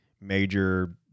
major